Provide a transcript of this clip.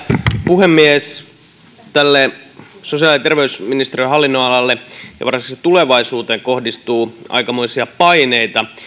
puhemies tähän sosiaali ja terveysministeriön hallinnonalaan ja varsinkin sen tulevaisuuteen kohdistuu aikamoisia paineita